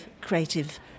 creative